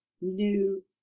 new